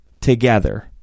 together